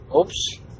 oops